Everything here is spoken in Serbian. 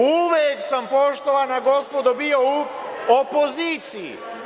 Uvek sam, poštovana gospodo, bio u opoziciji.